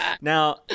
Now